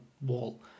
wall